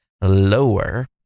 lower